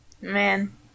Man